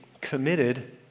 committed